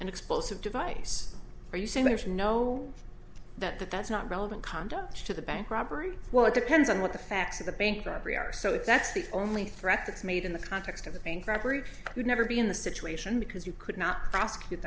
an explosive device or use a magician know that but that's not relevant conduct to the bank robbery well it depends on what the facts of the bank robbery are so that's the only threat that's made in the context of the bank robbery would never be in the situation because you could not prosecute